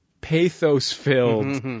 pathos-filled